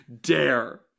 dare